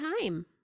time